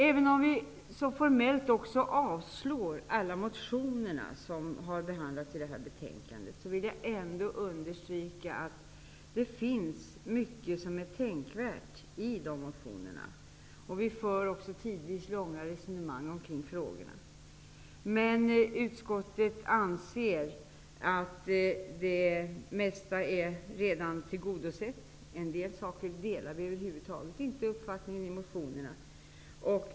Även om vi formellt avstyrker alla de motioner som behandlas i detta betänkande, vill jag ändå understryka att det finns mycket som är tänkvärt i dessa motioner. Vi för tidvis långa resonemang omkring frågorna. Men utskottet anser att det mesta redan är tillgodosett. I en del saker delar vi i utskottet över huvud taget inte uppfattningen i motionerna.